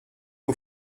aux